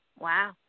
Wow